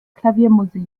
klaviermusik